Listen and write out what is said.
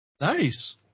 Nice